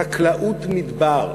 חקלאות מדבר,